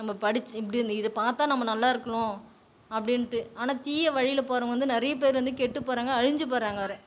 நம்ம படித்து இப்படி இந்த இதை பார்த்தா நம்ம நல்லாருக்கிறோம் அப்படின்ட்டு ஆனால் தீயவழியில் போறவங்க வந்து நிறைய பேர் வந்து கெட்டுப் போகிறாங்க அழிஞ்சு போகிறாங்க வேறு